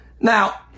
Now